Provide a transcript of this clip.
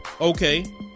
Okay